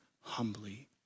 humbly